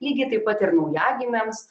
lygiai taip pat ir naujagimiams